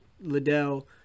Liddell